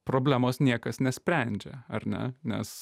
problemos niekas nesprendžia ar ne nes